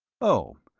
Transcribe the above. oh.